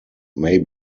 may